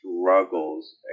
struggles